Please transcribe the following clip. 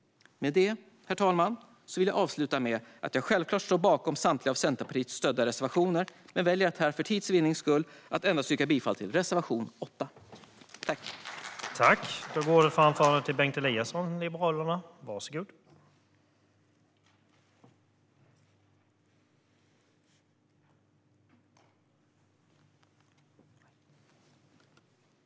Med det, herr talman, vill jag avsluta med att jag självklart står bakom samtliga av Centerpartiet stödda reservationer men för tids vinnande väljer att här yrka bifall endast till reservation 8.